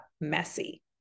messy